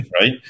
right